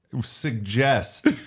suggest